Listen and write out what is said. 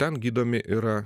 ten gydomi yra